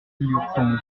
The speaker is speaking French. lurton